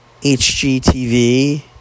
HGTV